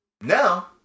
now